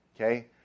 okay